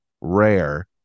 rare